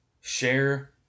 share